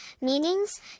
meanings